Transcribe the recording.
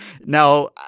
Now